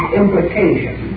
implication